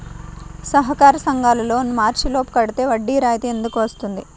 సహకార సంఘాల loan March లోపు కట్టితే వడ్డీ రాయితీ ఎందుకు ఇస్తుంది?